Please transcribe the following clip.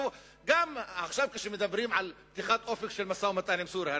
עכשיו מדברים על פתיחת אופק למשא-ומתן עם סוריה,